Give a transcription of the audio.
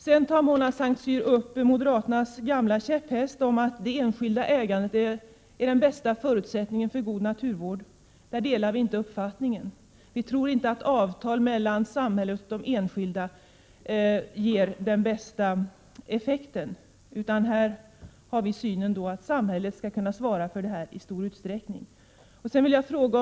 Mona Saint Cyr återkommer till moderaternas gamla käpphäst, att det enskilda ägandet är den bästa förutsättningen för god naturvård. Vi delar inte den uppfattningen. Vi tror inte att ett avtal mellan samhället och de enskilda ger den bästa effekten, utan här har vi den synen att samhället i stor utsträckning skall kunna ansvara för naturvården.